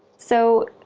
so,